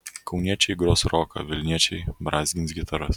kauniečiai gros roką vilniečiai brązgins gitaras